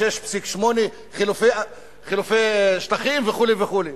6.8 חילופי שטחים וכו' וכו'.